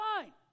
fine